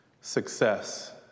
success